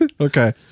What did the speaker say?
Okay